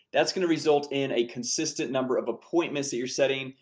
that's gonna result in a consistent number of appointments that you're setting,